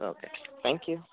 okay ठीक आहे thank you